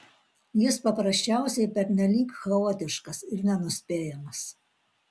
jis paprasčiausiai pernelyg chaotiškas ir nenuspėjamas